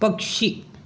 पक्षी